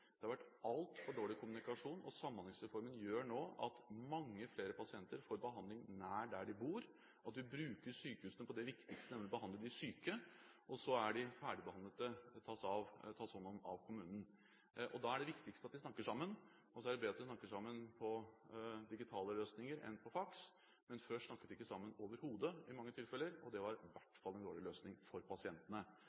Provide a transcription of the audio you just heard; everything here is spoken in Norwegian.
Det har vært altfor dårlig kommunikasjon. Samhandlingsreformen gjør nå at mange flere pasienter får behandling nær der de bor, at vi bruker sykehusene til det som er det viktigste, nemlig å behandle de syke, og så blir de ferdigbehandlet og kan tas hånd om av kommunen. Da er det viktigste at de snakker sammen. Så er det bedre at de snakker sammen ved bruk av digitale løsninger enn på faks, men før snakket de i mange tilfeller ikke sammen overhodet, og det var i